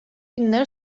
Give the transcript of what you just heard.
günleri